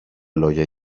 λόγια